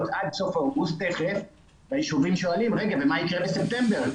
עד סוף אוגוסט והישובים שואלים מה יישאר לספטמבר,